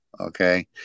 Okay